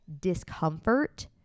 discomfort